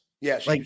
yes